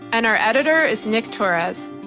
and our editor is nick torres.